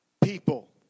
people